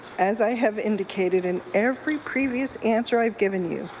as i have indicated in every previous answer i have given you,